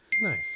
Nice